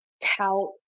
tout